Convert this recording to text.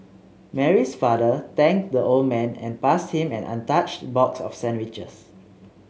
Mary's father thanked the old man and passed him an untouched box of sandwiches